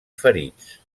ferits